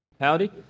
Howdy